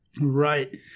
Right